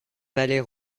palais